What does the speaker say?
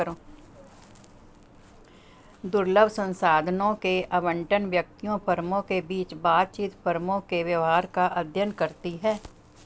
दुर्लभ संसाधनों के आवंटन, व्यक्तियों, फर्मों के बीच बातचीत, फर्मों के व्यवहार का अध्ययन करती है